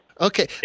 Okay